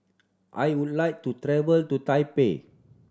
I would like to travel to Taipei